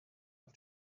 auf